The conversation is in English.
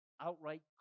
outright